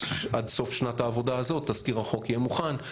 סוף שנת העבודה הזאת תזכיר החוק יהיה מוכן,